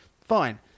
Fine